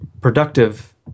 productive